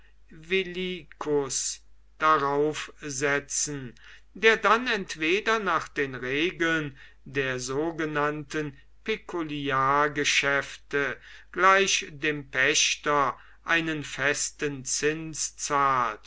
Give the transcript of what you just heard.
darauf setzen der dann entweder nach den regeln der sogenannten pekuliargeschäfte gleich dem pächter einen festen